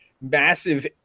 massive